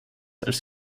als